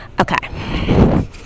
okay